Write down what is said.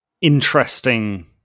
interesting